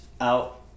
out